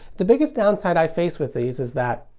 the biggest downside i face with these is that,